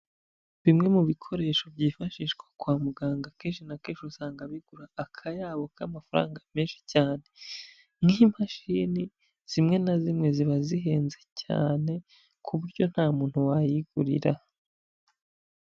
Bimwe mu bikoresho byifashishwa kwa muganga kenshi na kenshi usanga bigura akayabo k'amafaranga menshi cyane, nk'imashini zimwe na zimwe ziba zihenze cyane ku buryo nta muntu wayigurira.